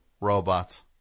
Robots